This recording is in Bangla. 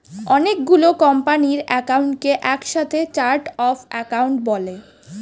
অনেক গুলো কোম্পানির অ্যাকাউন্টকে একসাথে চার্ট অফ অ্যাকাউন্ট বলে